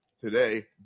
today